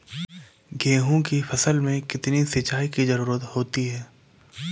गेहूँ की फसल में कितनी सिंचाई की जरूरत होती है?